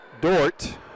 Dort